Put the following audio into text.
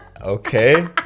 Okay